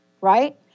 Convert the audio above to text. right